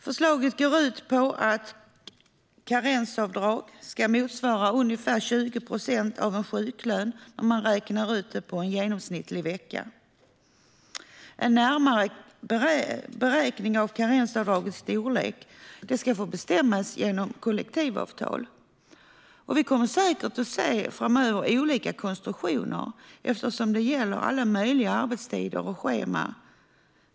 Förslaget går ut på att karensavdraget ska motsvara ungefär 20 procent av en sjuklön om man räknar ut det på en genomsnittlig vecka. En närmare beräkning av karensavdragets storlek ska bestämmas genom kollektivavtal. Vi kommer säkert att se olika konstruktioner framöver eftersom det gäller alla möjliga arbetstider och scheman.